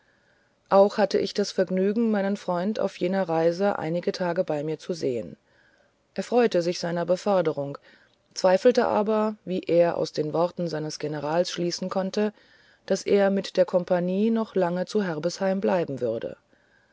auch hatte ich das vergnügen meinen freund auf jener reise einige tage bei mir zu sehen er freute sich seiner beförderung zweifelte aber wie er aus den worten seines generals schließen konnte daß er mit der kompanie noch lange zu herbesheim bleiben würde